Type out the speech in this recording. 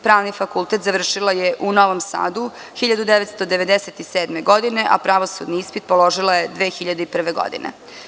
Pravni fakultet završila je u Novom Sadu 1997. godine, a pravosudni ispit položila je 2001. godine.